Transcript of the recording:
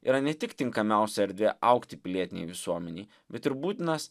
yra ne tik tinkamiausia erdvė augti pilietinei visuomenei bet ir būtinas